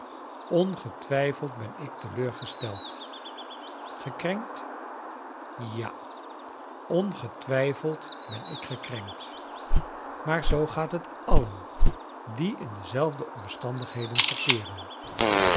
ongetwijfeld ben ik teleurgesteld gekrenkt ja ongetwijfeld ben ik gekrenkt maar zoo gaat het alien die in dezelfde omstandigheden verkeeren